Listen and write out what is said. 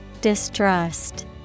Distrust